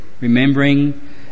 remembering